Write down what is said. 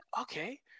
okay